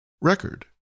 record